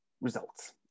results